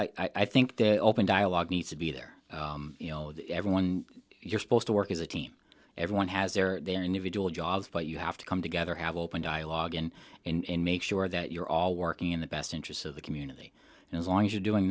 well i think that open dialogue needs to be there you know that everyone you're supposed to work as a team everyone has their individual jobs but you have to come together have open dialogue and and make sure that you're all working in the best interests of the community and as long as you're doing